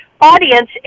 audience